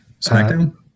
SmackDown